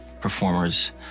performers